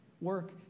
Work